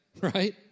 Right